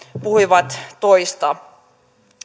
puhuivat toista